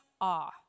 awe